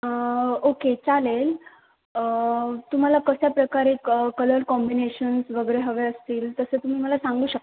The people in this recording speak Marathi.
ओके चालेल तुम्हाला कशाप्रकारे क कलर कॉम्बिनेशन्स वगैरे हवे असतील तसे तुम्ही मला सांगू शकता